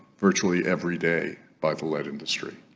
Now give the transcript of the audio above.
virtually every day by the lead industry